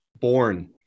born